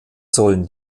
sollen